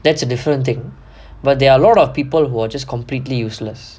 but there are a lot of people who are just completely useless